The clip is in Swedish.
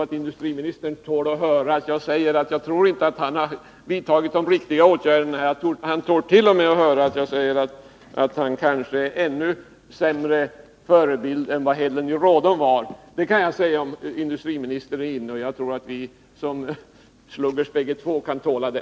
Ja, industriministern tål nog att höra att jag säger att jag inte tror att han har vidtagit de riktiga åtgärderna. Han tålt.o.m. att höra att jag säger att han kanske är en ännu sämre förebild än vad Hedlund i Rådom var. Det kan jag säga, även om industriministern är inne i kammaren. Jag tror att vi, som båda är sluggrar, kan tåla det.